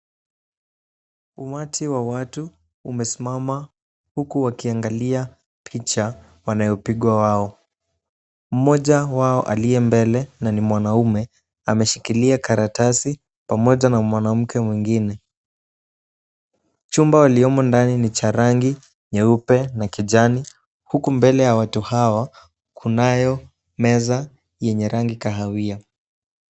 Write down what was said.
Umati wa watu umesimama, huku wakiangalia picha wanayopigwa wao. Moja wao aliye mbele na ni mwanaume, ameshikilia karatasi pamoja na mwanamke mwingine. Chumba waliomo ndani ni cha rangi nyeupe na kijani, huku mbele ya watu hawa kunayo meza yenye rangi kahawia.